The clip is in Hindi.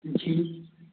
जी